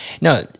No